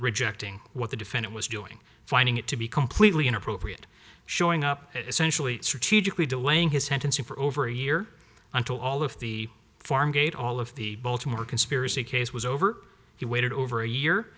rejecting what the defendant was doing finding it to be completely inappropriate showing up essentially strategically delaying his sentencing for over a year until all of the farmgate all of the baltimore conspiracy case was over he waited over a year